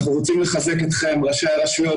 אנחנו רוצים לחזק אתכם ראשי הרשויות,